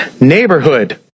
Neighborhood